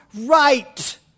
right